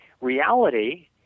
reality